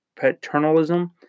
paternalism